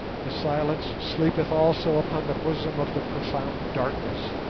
the silence sleepeth also upon the bosom of the profound darkness,